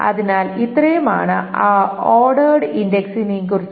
അതിനാൽ ഇത്രയുമാണ് ഓർഡേർഡ് ഇന്ഡക്സിനെക്കുറിച്ച്